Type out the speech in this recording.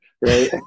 Right